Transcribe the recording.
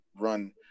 run